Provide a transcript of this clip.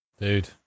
Dude